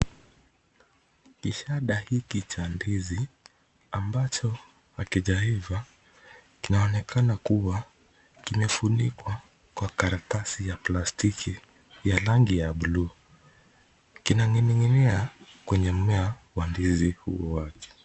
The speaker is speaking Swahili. Kishada hiki cha ndizi ambacho hakijaiva, kinaonekana kuwa kimefunikwa kwa karatasi ya plastiki ya rangi ya buluu na kinaning'inia kwenye mmea wa ndizi huu wake.